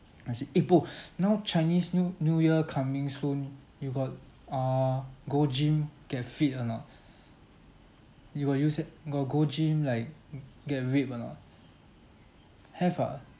actually eh bro now chinese new new year coming soon you got err go gym get fit or not you got use eh got go gym like get ripped or not have ah